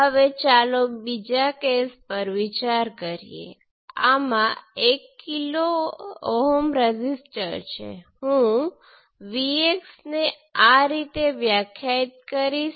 હવે જો તમે આ સર્કિટનું અવલોકન કરો છો તો I1 આ 1 કિલો Ω થી વહે છે પછી આ બેનું પેરેલલ કોમ્બિનેશન છે